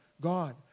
God